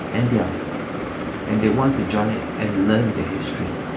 and their and they want to join it and learn the history